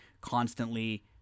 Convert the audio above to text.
constantly